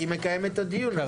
היא מקיימת את הדיון.